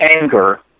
anger